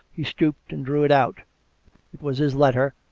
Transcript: he stooped and drew it out. it was his letter,